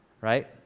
right